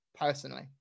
personally